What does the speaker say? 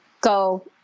go